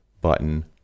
button